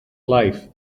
life